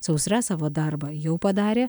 sausra savo darbą jau padarė